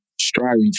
striving